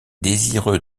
désireux